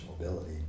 mobility